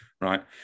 Right